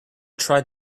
tried